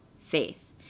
faith